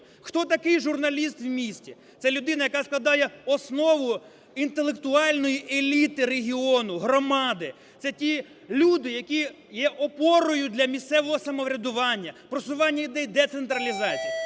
Хто такий журналіст в місті? Це людина, яка складає основу інтелектуальної еліти регіону, громади. Це ті люди, які є опорою для місцевого самоврядування, просування ідей децентралізації.